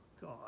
God